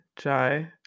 Jai